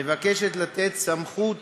מבקשת לתת סמכות